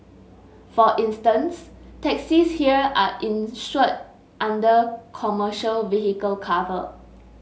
for instance taxis here are insured under commercial vehicle cover